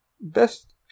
best